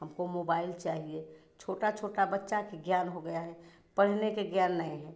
हमको मोबाइल चाहिए छोटा छोटा बच्चा के ज्ञान हो गया है पढ़ने के ज्ञान नहीं है